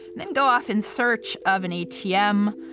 then go off and search of an atm,